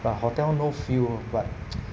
the hotel no feel but